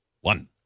one